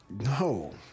No